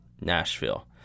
Nashville